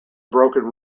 broken